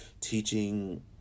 teaching